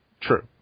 True